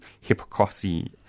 hypocrisy